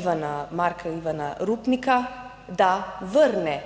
Ivana Marka Ivana Rupnika, da vrne